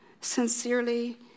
Sincerely